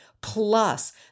plus